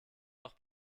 noch